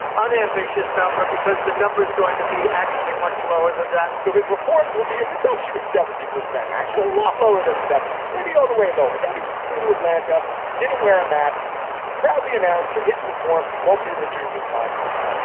unambitious number because the number is going to be actually much lower than that so his reforms will be a reduction of seventy percent. actually, a lot lower than seventy. maybe all the way lower. maybe he flew to atlanta, didn't wear a mask to proudly announce that his reforms won't be reducing times at all.